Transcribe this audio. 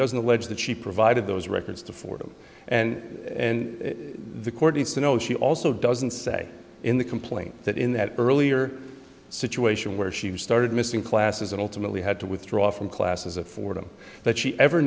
doesn't allege that she provided those records to fordham and and the court needs to know she also doesn't say in the complaint that in that earlier situation where she started missing classes and ultimately had to withdraw from classes of fordham that she ever